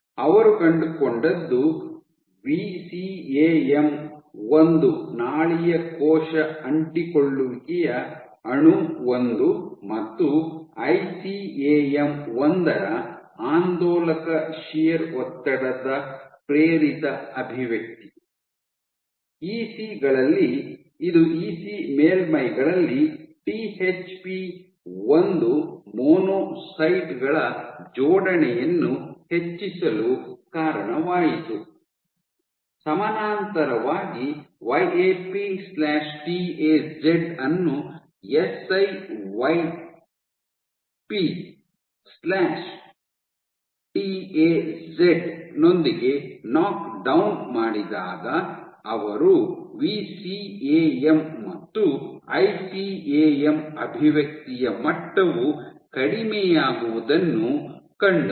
ಅವರು ಕಂಡುಕೊಂಡದ್ದು ವಿಸಿಎಎಮ್ ಒಂದು ನಾಳೀಯ ಕೋಶ ಅಂಟಿಕೊಳ್ಳುವಿಕೆಯ ಅಣು ಒಂದು ಮತ್ತು ಐಸಿಎಎಂ ಒಂದರ ಆಂದೋಲಕ ಶಿಯರ್ ಒತ್ತಡ ಪ್ರೇರಿತ ಅಭಿವ್ಯಕ್ತಿ ಇಸಿ ಗಳಲ್ಲಿ ಇದು ಇಸಿ ಮೇಲ್ಮೈಗಳಲ್ಲಿ ಟಿಎಚ್ಪಿ ಒಂದು ಮೊನೊಸೈಟ್ ಗಳ ಜೋಡಣೆಯನ್ನು ಹೆಚ್ಚಿಸಲು ಕಾರಣವಾಯಿತು ಸಮಾನಾಂತರವಾಗಿ Y A P T A Z ಅನ್ನು siYT Y A P T A Z ನೊಂದಿಗೆ ನಾಕ್ ಡೌನ್ ಮಾಡಿದಾಗ ಅವರು ವಿಸಿಎಎಮ್ ಮತ್ತು ಐಸಿಎಎಂ ಅಭಿವ್ಯಕ್ತಿಯ ಮಟ್ಟವು ಕಡಿಮೆಯಾಗುವುದನ್ನು ಕಂಡರು